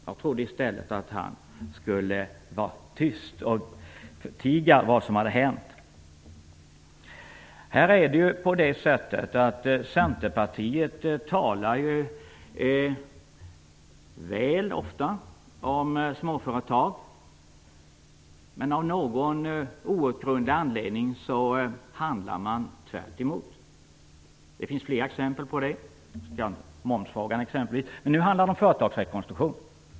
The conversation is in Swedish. Jag trodde i stället att han skulle vara tyst och förtiga vad som hade hänt. Här talar Centerpartiet väl, ofta, om småföretag, men av någon outgrundlig anledning handlar man tvärtemot. Det finns flera exempel på det - momsfrågan, exempelvis - men nu handlar det om företagsrekonstruktion.